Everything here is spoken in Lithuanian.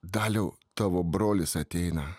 daliau tavo brolis ateina